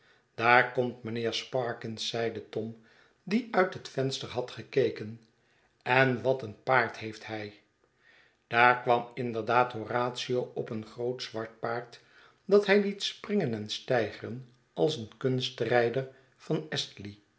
daar komt mijnheer sparkins zeide tom die uit het venster had gekeken en wat een paard heeft hij daar kwam inderdaad horatio op een groot zwait paard dat hij liet springen en steigeren als een kunstrijder van